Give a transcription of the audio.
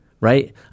Right